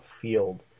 field